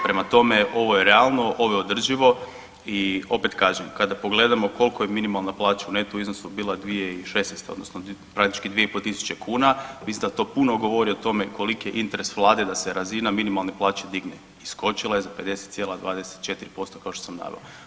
Prema tome, ovo je realno, ovo je održivo i opet kažem kada pogledamo koliko je minimalna plaća u neto iznosu bila 2016. odnosno praktički 2.500 kuna, mislim da to puno govori o tome koliki je interes vlade da se razina minimalne plaće digne i skočila je za 50,24% kao što sam naveo.